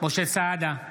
משה סעדה,